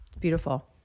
Beautiful